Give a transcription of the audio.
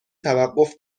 توقف